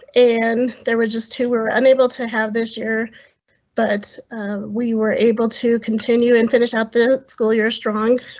and there were just two were unable to have this year but we were able to continue and finish out the school year strong